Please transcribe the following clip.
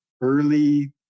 early